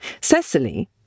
Cecily